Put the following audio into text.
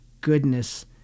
goodness